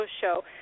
show